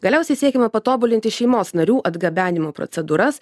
galiausiai siekiama patobulinti šeimos narių atgabenimo procedūras